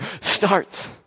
starts